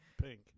Pink